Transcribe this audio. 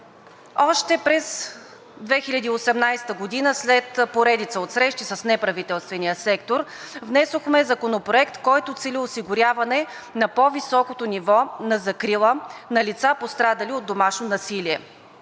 Още през 2018 г. след поредица от срещи с неправителствения сектор внесохме законопроект, който цели осигуряване на по-високото ниво на закрила на лица, пострадали от домашно насилие,